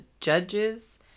judges